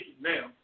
now